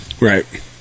Right